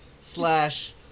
slash